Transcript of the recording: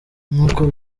nkuko